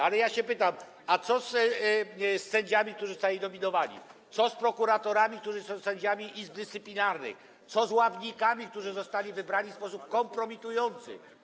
Ale ja się pytam: A co z sędziami, którzy zostali nominowani, co z prokuratorami, którzy są sędziami izb dyscyplinarnych, co z ławnikami, którzy zostali wybrani w sposób kompromitujący?